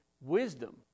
wisdom